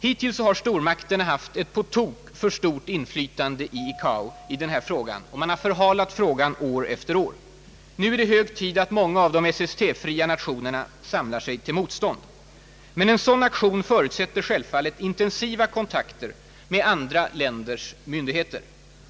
Hittills hår stormakterna haft ett på tok för stort inflytande i ICAO i den här frågan och förhalat den år efter år. Nu är det hög tid att många av de SST-fria nationerna samlar sig till motstånd. Men en sådan aktion förutsätter självfallet intensiva kontakter med andra länders myndigheter.